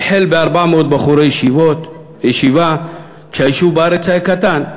הוא החל ב-400 בחורי ישיבה כשהיישוב בארץ היה קטן,